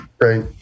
right